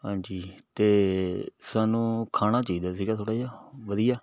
ਹਾਂਜੀ ਅਤੇ ਸਾਨੂੰ ਖਾਣਾ ਚਾਹੀਦਾ ਸੀਗਾ ਥੋੜ੍ਹਾ ਜਿਹਾ ਵਧੀਆ